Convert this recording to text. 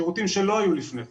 שירותים שלא היו לפני כן,